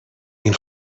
این